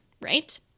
right